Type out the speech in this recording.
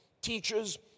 teachers